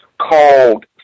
called